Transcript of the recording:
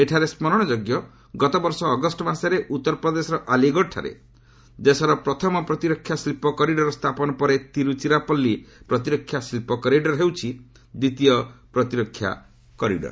ଏଠାରେ ସ୍କରଣଯୋଗ୍ୟ ଗତବର୍ଷ ଅଗଷ୍ଟମାସରେ ଉତ୍ତରପ୍ରଦେଶର ଆଲିଗଡଠାରେ ଦେଶର ପ୍ରଥମ ପ୍ରତିରକ୍ଷା ଶିଳ୍ପ କରିଡର ସ୍ଥାପନ ପରେ ତିରୁଚିରାପଲ୍ଲୀ ପ୍ରତିରକ୍ଷା ଶିଳ୍ପ କରିଡର ହେଉଛି ଦ୍ୱିତୀୟ ପ୍ରତିରକ୍ଷା ଶିଳ୍ପ କରିଡର